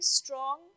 strong